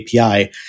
API